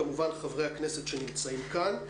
וכמובן חברי הכנסת שנמצאים כאן.